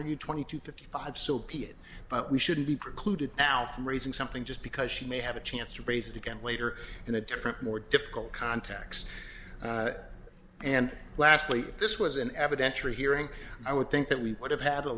argue twenty two fifty five so be it but we shouldn't be precluded now from raising something just because she may have a chance to raise it again later in a different more difficult context and lastly this was an evidentiary hearing i would think that we would have had a